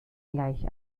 gleich